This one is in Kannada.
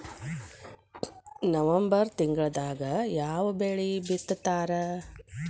ನವೆಂಬರ್ ತಿಂಗಳದಾಗ ಯಾವ ಬೆಳಿ ಬಿತ್ತತಾರ?